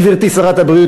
גברתי שרת הבריאות,